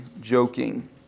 joking